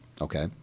okay